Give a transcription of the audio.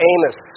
Amos